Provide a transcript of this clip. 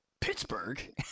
Pittsburgh